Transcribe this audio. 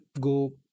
go